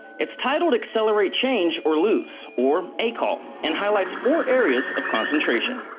it's titled accelerate change or lose, or acol, and highlights four areas of concentration.